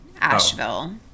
Asheville